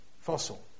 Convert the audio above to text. fossil